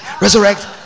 resurrect